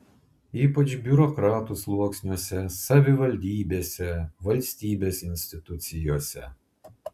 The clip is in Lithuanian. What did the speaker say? ypač biurokratų sluoksniuose savivaldybėse valstybės institucijose